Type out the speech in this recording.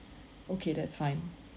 okay that's fine